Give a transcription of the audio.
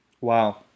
Wow